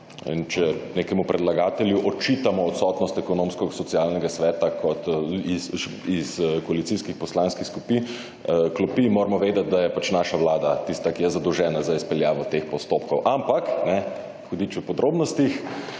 če nekemu predlagatelju očitamo odsotnost Ekonomsko-socialnega sveta kot iz koalicijskih poslanskih klopi moramo vedeti, da je pač naša vlada tista, ki je zadolžena za izpeljavo teh postopkov. Ampak hudič je v podrobnostih,